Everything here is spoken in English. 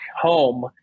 home